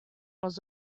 was